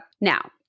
Now